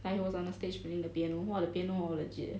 like he was on the stage playing the piano !wah! the piano legit eh